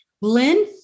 Lynn